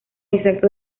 exacto